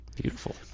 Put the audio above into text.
Beautiful